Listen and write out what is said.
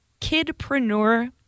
kidpreneur